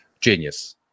genius